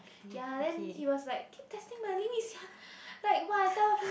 ya then he was like keep testing my limit sia like !wah! I tell him